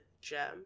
gem